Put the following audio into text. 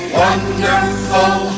wonderful